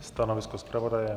Stanovisko zpravodaje?